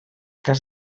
cas